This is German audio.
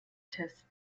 test